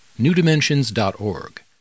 newdimensions.org